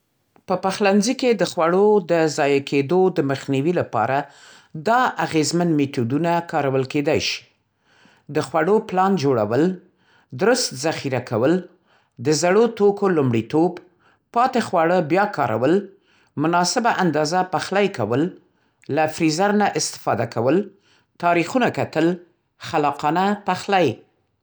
په پخلنځي کې د خواړو د ضایع کېدو د مخنیوي لپاره دا اغېزمن میتودونه کارول کېدای شي: د خوړو پلان جوړول درست ذخیره کول، د زړو توکو لومړيتوب، پاتې خواړه بیا کارول، مناسبه اندازه پخلی کول، له فریزر نه استفاده کول، تاریخونه کتل، خلاقانه پخلی.